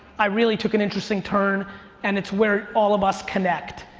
i really took an interesting turn and it's where all of us connect,